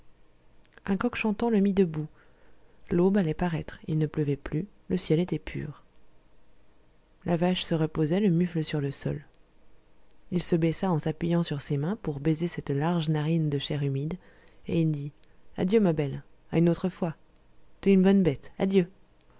un coq chantant le mit debout l'aube allait paraître il ne pleuvait plus le ciel était pur la vache se reposait le mufle sur le sol il se baissa en s'appuyant sur ses mains pour baiser cette large narine de chair humide et il dit adieu ma belle à une autre fois t'es une bonne bête adieu